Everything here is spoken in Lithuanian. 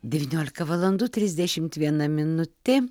devyniolika valandų trisdešimt viena minutė